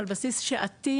על בסיס שעתי,